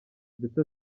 ndetse